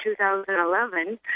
2011